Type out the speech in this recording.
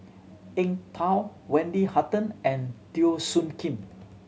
Eng Tow Wendy Hutton and Teo Soon Kim